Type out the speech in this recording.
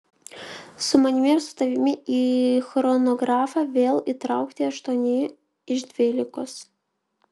su manimi ir su tavimi į chronografą vėl įtraukti aštuoni iš dvylikos